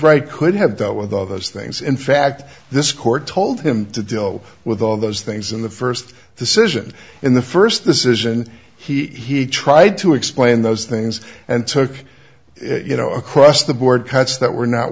wright could have dealt with all of those things in fact this court told him to deal with all those things in the first decision in the first this is and he tried to explain those things and took it you know across the board cuts that were not